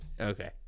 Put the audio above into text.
Okay